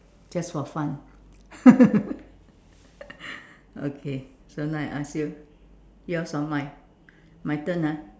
just for fun okay so now I ask you yours or mine my turn ah